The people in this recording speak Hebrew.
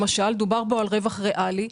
למשל: דובר פה על רווח ריאלי.